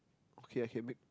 okay I can make